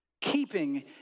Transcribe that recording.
keeping